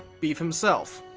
beef himself.